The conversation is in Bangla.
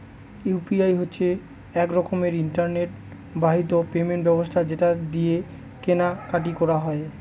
ইউ.পি.আই হচ্ছে এক রকমের ইন্টারনেট বাহিত পেমেন্ট ব্যবস্থা যেটা দিয়ে কেনা কাটি করা যায়